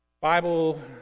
Bible